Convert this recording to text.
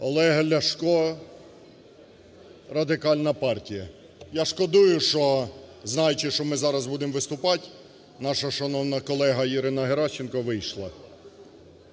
Олег Ляшко Радикальна партія. Я шкодую, що, знаючи, що ми зараз будемо виступати, наша шановна колега Ірина Геращенко вийшла,